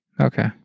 Okay